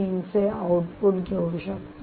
3 चे आउटपुट घेऊ शकता